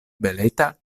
beleta